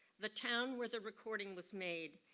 the town where the recording was made,